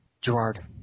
Gerard